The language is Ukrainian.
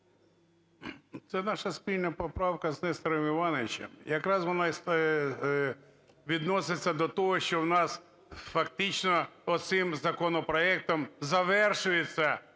Це наша спільна поправка з Нестором Івановичем. Якраз вона відноситься до того, що в нас фактично оцим законопроектом завершується,